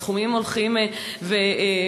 הסכומים הולכים ועולים,